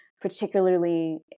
Particularly